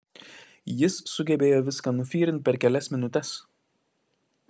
jis sugebėjo viską nufyrint per kelias minutes